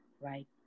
right